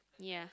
yeah